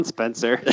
Spencer